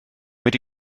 wedi